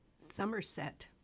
Somerset